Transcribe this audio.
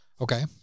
okay